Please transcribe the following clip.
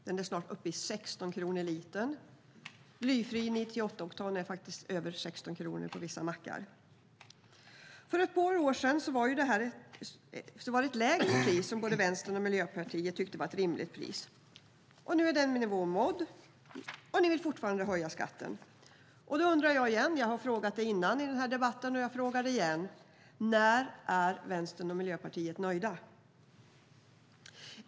Det är snart uppe i 16 kronor litern. Blyfri 98-oktanig bensin kostar faktiskt över 16 kronor på vissa mackar. För ett par år sedan var det ett lägre pris som både Vänstern och Miljöpartiet tyckte var rimligt. Nu är den nivån nådd, men ni vill fortfarande höja skatten. Jag har frågat det tidigare och jag frågar det igen: När är Vänstern och Miljöpartiet nöjda?